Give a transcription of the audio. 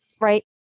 Right